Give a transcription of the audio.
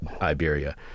Iberia